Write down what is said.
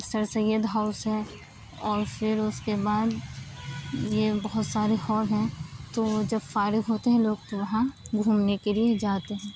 سر Syed house ہے اور پھر اس کے بعد یہ بہت سارے ہال ہیں تو جب فارغ ہوتے ہیں لوگ تو وہاں گھومنے کے لیے جاتے ہیں